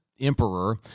emperor